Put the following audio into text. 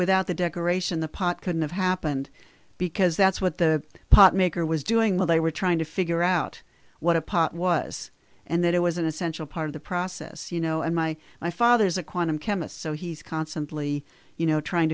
without the decoration the pot couldn't have happened because that's what the pot maker was doing while they were trying to figure out what a pot was and that it was an essential part of the process you know and my my father is a quantum chemist so he's constantly you know trying